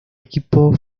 equipo